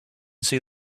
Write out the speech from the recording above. see